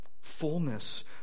fullness